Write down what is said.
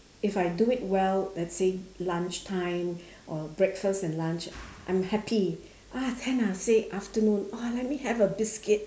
if I do it well let's say lunch time or breakfast and lunch I'm happy ah then I'll say afternoon oh let me have a biscuit